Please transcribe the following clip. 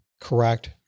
Correct